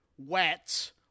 wet